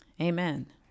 Amen